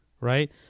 right